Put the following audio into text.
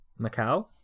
Macau